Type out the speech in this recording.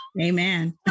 Amen